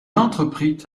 entreprit